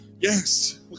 Yes